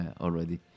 already